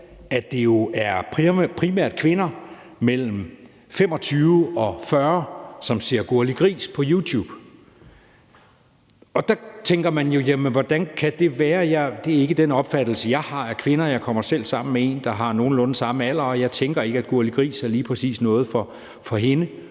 at det er primært kvinder mellem 25 og 40 år, som ser Gurli Gris på YouTube. Der tænker man jo, hvordan det kan være. Det er ikke den opfattelse, jeg har af kvinder. Jeg kommer selv sammen med en, der har nogenlunde samme alder, og jeg tænker ikke, at Gurli Gris lige præcis er noget for hende.